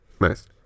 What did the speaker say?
Nice